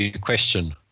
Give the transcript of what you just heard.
question